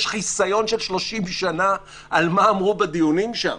חיסיון של 30 שנה על מה אמרו בדיונים שם.